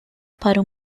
para